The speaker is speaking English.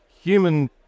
human